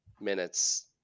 minutes